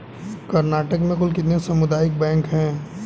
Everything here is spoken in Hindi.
कर्नाटक में कुल कितने सामुदायिक बैंक है